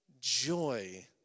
joy